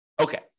Okay